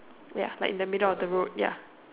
ya like in the middle of the road ya